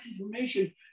information